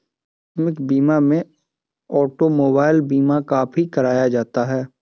आकस्मिक बीमा में ऑटोमोबाइल बीमा काफी कराया जाता है